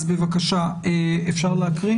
אז בבקשה, אפשר להקריא?